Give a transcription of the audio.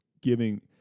giving